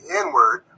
inward